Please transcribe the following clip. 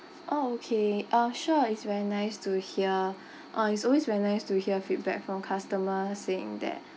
oh okay ah sure it's very nice to hear uh it's always very nice to hear feedback from customers saying that